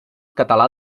català